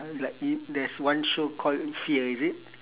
like it there's one show called fear is it